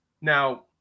Now